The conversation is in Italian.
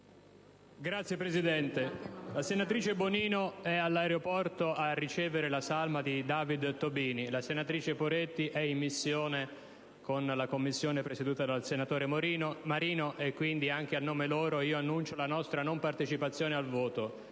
Signora Presidente, la senatrice Bonino è all'aeroporto a ricevere la salma di David Tobini, mentre la senatrice Poretti è in missione con la Commissione presieduta dal senatore Marino. Annuncio quindi, anche a loro nome, la nostra non partecipazione al voto,